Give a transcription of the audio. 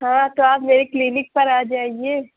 ہاں تو آپ میرے کلینک پر آ جائیے